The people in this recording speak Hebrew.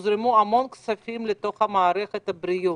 שהוזרמו המון כספים לתוך מערכת הבריאות.